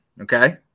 okay